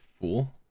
fool